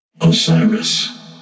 Osiris